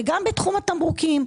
גם בתחום התמרוקים.